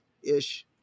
Ish